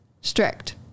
strict